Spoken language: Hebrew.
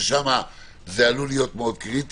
ששם זה עלול להיות קריטי,